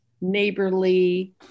neighborly